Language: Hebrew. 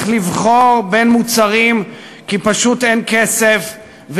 לבחור בין מוצרים כי פשוט אין כסף,